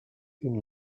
une